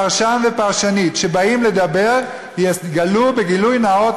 פרשן ופרשנית שבאים לדבר יגלו בגילוי נאות